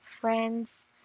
friends